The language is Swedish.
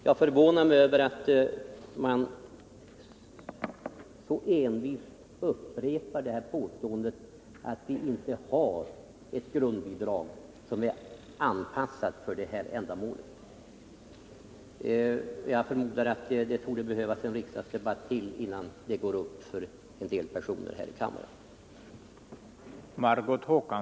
Jag förvånar mig över att man så envist upprepar påståendet att vi inte har ett grundbidrag som är avpassat efter det här ändamålet. Det torde behövas en riksdagsdebatt till innan det går upp för en del personer här i kammaren.